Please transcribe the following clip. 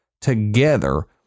together